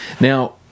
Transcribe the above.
Now